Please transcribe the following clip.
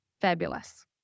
Fabulous